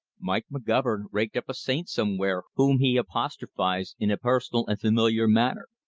mike mcgovern raked up a saint somewhere whom he apostrophized in a personal and familiar manner.